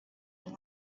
were